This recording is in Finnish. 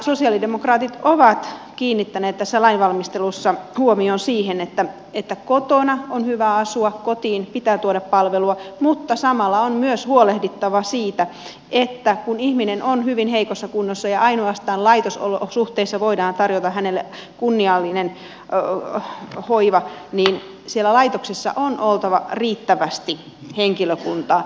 sosialidemokraatit ovat kiinnittäneet tässä lainvalmistelussa huomion siihen että kotona on hyvä asua kotiin pitää tuoda palvelua mutta samalla on myös huolehdittava siitä että kun ihminen on hyvin heikossa kunnossa ja ainoastaan laitosolosuhteissa voidaan tarjota hänelle kunniallinen hoiva niin siellä laitoksissa on oltava riittävästi henkilökuntaa